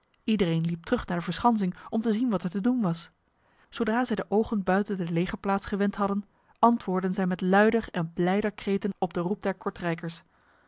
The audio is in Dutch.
iedereen liep terug naar de verschansing om te zien wat er te doen was zodra zij hun ogen buiten de legerplaats gewend hadden antwoordden zij met luider en blijder kreten op de roep der kortrijkers